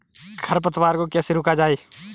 खरपतवार को कैसे रोका जाए?